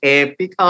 epic